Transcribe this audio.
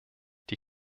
die